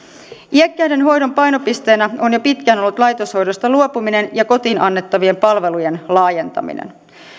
iäkkäiden hoidon painopisteenä on jo pitkään ollut laitoshoidosta luopuminen ja kotiin annettavien palvelujen laajentaminen